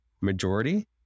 majority